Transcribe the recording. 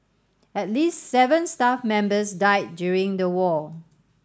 at least seven staff members died during the war